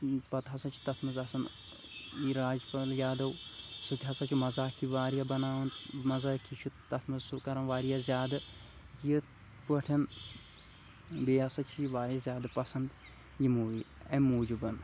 پتہٕ ہسا چھِ تتھ منٛز آسان یہِ راجپال یادَو سُہ تہِ ہسا چھُ مذاق تہِ واریاہ بناوان مذاقۍ چھ تتھ منٛز سُہ کَران واریاہ زیادٕ یتھٕ پٲٹھۍ بیٚیہِ ہسا چھِ یہِ واریاہ زیادہ پسنٛد یم مووِی اَمہِ موجوٗب